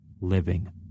living